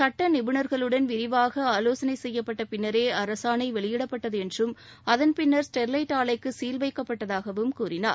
சுட்ட நிபுணர்களுடன் விரிவாக ஆலோசனை செய்யப்பட்ட அரசாணை வெளியிடப்பட்டது என்றும் அதன்பின்னர் ஸ்டெர்லைட் ஆலைக்கு பின்னரே சீல் வைக்கப்பட்டதாகவும் கூறினார்